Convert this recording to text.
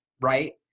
right